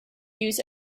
used